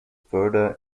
further